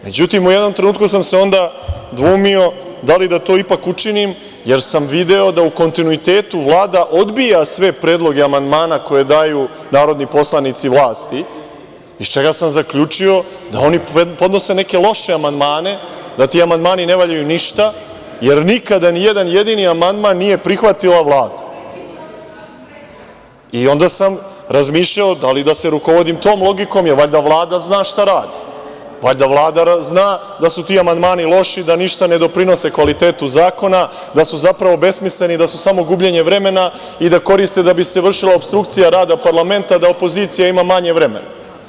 Međutim, u jednom trenutku sam se onda dvoumio da li da to ipak učinim jer sam video da u kontinuitetu Vlada odbija sve predloge amandmana koje daju narodni poslanici vlasti, iz čega sam zaključio da oni podnose neke loše amandmane, da ti amandmani ne valjaju ništa, jer nikada nijedan jedini amandman nije prihvatila Vlada i onda sam razmišljao da li da se rukovodim tom logikom, jer valjda Vlada zna šta radi, valjda Vlada zna da su ti amandmani loši, da ništa ne doprinose kvalitetu zakona, da su zapravo besmisleni, da su samo gubljenje vremena i da koriste da bi se vršila opstrukcija rada parlamenta, da opozicija ima manje vremena.